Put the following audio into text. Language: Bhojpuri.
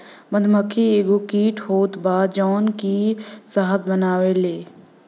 मधुमक्खी एगो कीट होत बा जवन की शहद बनावेले